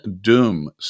doom